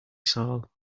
soul